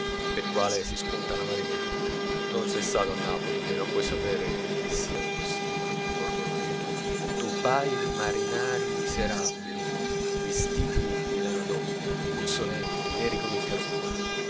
pel quale si spunta alla marinella tu non sei stato mai a napoli e non puoi sapere che sieno questi vicoli di borgo loreto topaie di marinari miserabili vestiti di lana doppia puzzolenti neri come il carbone